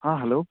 ஆ hello